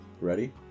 Ready